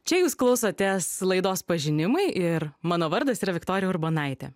čia jūs klausotės laidos pažinimai ir mano vardas yra viktorija urbonaitė